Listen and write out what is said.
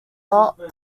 not